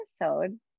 episode